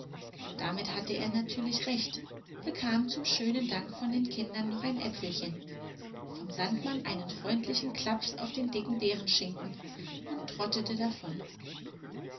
damit hatte er natürlich recht bekam zum schönen dank von den kindern noch ein äpfelchen vom sandmann einen freundlichen klaps auf den dicken bärenschinken und trottete davon